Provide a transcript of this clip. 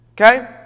Okay